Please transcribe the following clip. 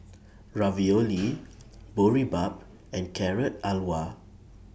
Ravioli Boribap and Carrot Halwa